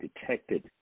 detected